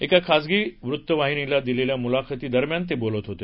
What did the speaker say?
एका खासगी वृत्तवाहिनीला दिलेल्या मूलाखती दरम्यान ते बोलत होते